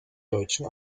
deutschen